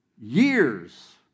years